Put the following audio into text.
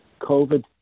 COVID